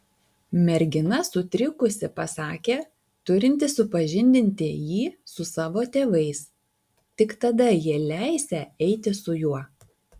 mergina sutrikusi pasakė turinti supažindinti jį su savo tėvais tik tada jie leisią eiti su juo